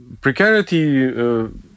Precarity